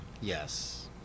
yes